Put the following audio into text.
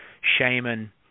shaman